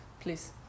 Please